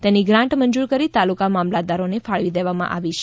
તેની ગ્રાન્ટ મંજૂર કરી તાલુકા મામલતદારોને ફાળવી દેવાઇ છે